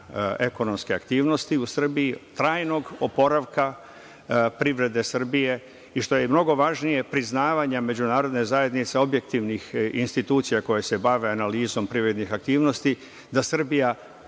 ekonomske aktivnosti u Srbiji, trajnog oporavka privrede Srbije, i što je mnogo važnije, priznavanja međunarodne zajednice i objektivnih institucija koje se bave analizom privrednih aktivnosti, da Srbija